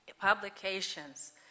publications